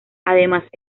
además